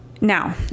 now